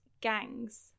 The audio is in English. gangs